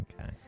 Okay